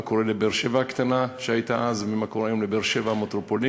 מה קרה לבאר-שבע הקטנה שהייתה אז ומה קורה היום לבאר-שבע המטרופולין,